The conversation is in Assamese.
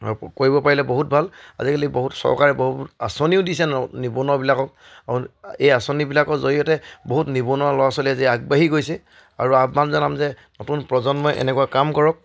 কৰিব পাৰিলে বহুত ভাল আজিকালি বহুত চৰকাৰে বহুত আঁচনিও দিছে ন নিবনুৱাবিলাকক এই আঁচনিবিলাকৰ জৰিয়তে বহুত নিবনুৱা ল'ৰা ছোৱালীয়ে যে আগবাঢ়ি গৈছে আৰু আহ্বান জনাম যে নতুন প্ৰজন্মই এনেকুৱা কাম কৰক